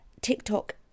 TikTok